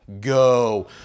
Go